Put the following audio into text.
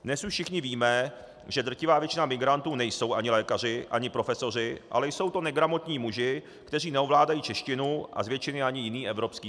Dnes už všichni víme, že drtivá většina migrantů nejsou ani lékaři ani profesoři, ale jsou to negramotní muži, kteří neovládají češtinu a z většiny ani jiný evropský jazyk.